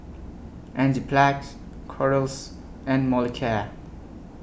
Enzyplex Kordel's and Molicare